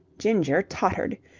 ginger tottered.